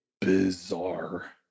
bizarre